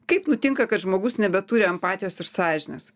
kaip nutinka kad žmogus nebeturi empatijos ir sąžinės